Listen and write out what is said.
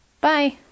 Bye